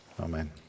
amen